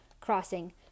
crossing